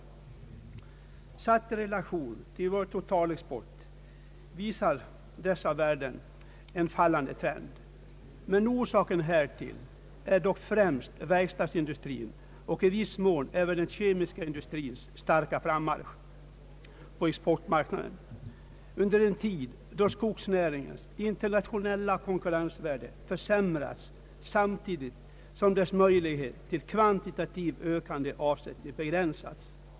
I relation till vår totalexport visar dessa värden en fallande trend, men orsaken härtill är främst verkstadsindustrins och i viss mån även den kemiska industrins starka frammarsch på exportmarknaden under en tid då skogsnäringens internationella konkurrensvärde försämrats, samtidigt som dess möjlighet till kvantitativt ökande avsättning begränsats.